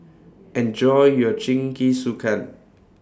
Enjoy your Jingisukan